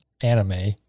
anime